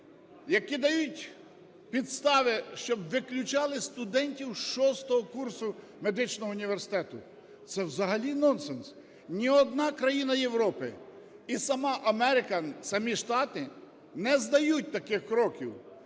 які дають підстави, щоб виключали студентів 6-го курсу медичного університету, це взагалі нонсенс! Ні одна країна Європи, і сама Америка, самі Штати не здають таких "Кроків".